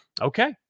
Okay